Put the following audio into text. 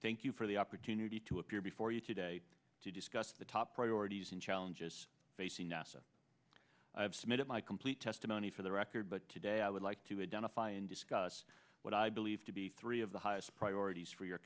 thank you for the opportunity to appear before you today to discuss the top priorities and challenges facing nasa i have submitted my complete testimony for the record but today i would like to identify and discuss what i believe to be three of the highest priorities for your